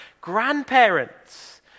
grandparents